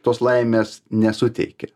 tos laimės nesuteikia